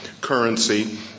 Currency